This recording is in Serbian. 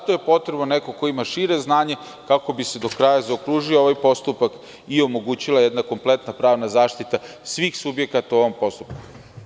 Potreban je neko ko ima šire znanje kako bi se do kraja zaokružio ovaj postupak i omogućila jedna kompletna pravna zaštita svih subjekata u ovom poslu.